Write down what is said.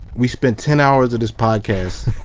we spent ten hours of this podcast,